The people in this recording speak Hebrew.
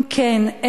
אם כן,